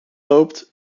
loopt